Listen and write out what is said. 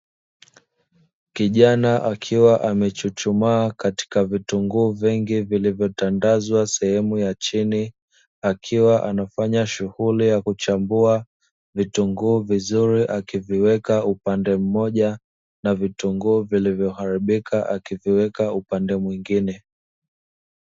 Kijana akiwa amechuchumaa katika vitunguu vingi vilivyotandazwa sehemu ya chini, akiwa anafanya shughuli ya kuchambua vitunguu vizuri akiviweka upande mmoja na vitunguu vilivyoharibika akiviweka upande mwingine.